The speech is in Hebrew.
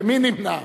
ומי נמנע?